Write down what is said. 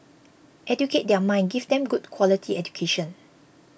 educate their mind give them good quality education